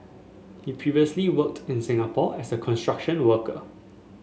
he previously worked in Singapore as a construction worker